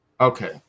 okay